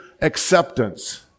acceptance